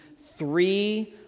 three